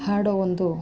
ಹಾಡೋ ಒಂದು